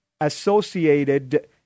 associated